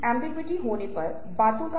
हमारे पास कुछ मुखौटे हैं